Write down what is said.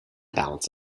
balance